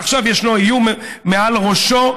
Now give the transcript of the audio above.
ועכשיו יש איום מעל ראשו,